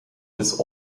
des